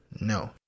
no